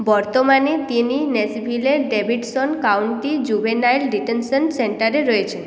বর্তমানে তিনি ন্যাশভিলের ডেভিডসন কাউন্টি জুভেনাইল ডিটেনশন সেন্টারে রয়েছেন